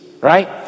right